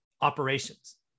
operations